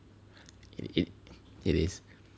it it it is